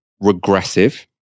regressive